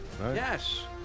Yes